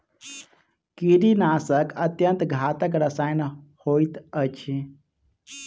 कीड़ीनाशक अत्यन्त घातक रसायन होइत अछि